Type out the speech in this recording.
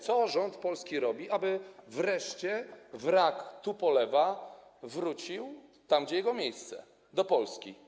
Co rząd polski robi, aby wreszcie wrak Tupolewa wrócił tam, gdzie jego miejsce, do Polski?